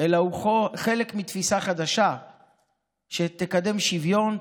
אלא הוא חלק מתפיסה חדשה שתקדם שוויון,